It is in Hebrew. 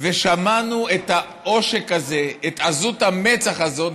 ושמענו על העושק הזה, על עזות המצח הזאת.